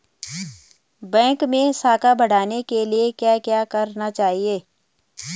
Bank मैं साख बढ़ाने के लिए क्या क्या करना चाहिए?